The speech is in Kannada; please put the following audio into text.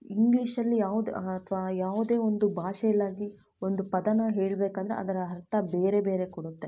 ಇಂಗ್ಲೀಷಲ್ಲಿ ಯಾವ್ದೇ ಅಥವಾ ಯಾವುದೇ ಒಂದು ಭಾಷೆಯಲ್ಲಾಗಲಿ ಒಂದು ಪದಾನ ಹೇಳ್ಬೆಕಂದ್ರೆ ಅದರ ಅರ್ಥ ಬೇರೆ ಬೇರೆ ಕೊಡುತ್ತೆ